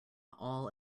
all